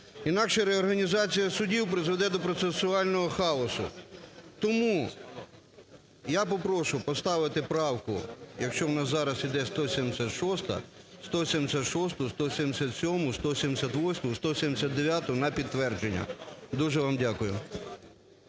Інакше реорганізація судів призведе до процесуального хаосу. Тому я попрошу поставити правку, якщо у нас зараз іде 176-а, 176-у, 177-у, 178-у, 179-у на підтвердження. Дуже вам дякую.